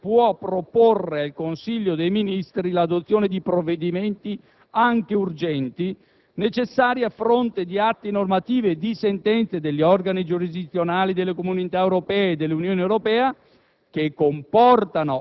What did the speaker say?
politiche comunitarie può proporre al Consiglio dei ministri l'adozione dei provvedimenti, anche urgenti, necessari a fronte di atti normativi e di sentenze degli organi giurisdizionali delle Comunità Europee e dell'Unione Europea